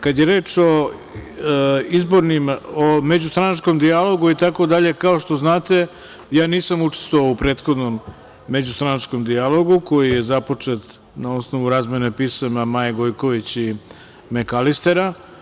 Kada je reč o međustranačkom dijalogu itd, kao što znate, ja nisam učestvovao u prethodnom međustranačkom dijalogu koji je započet na osnovu razmene pisama Maje Gojković i Mekalistera.